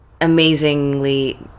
Amazingly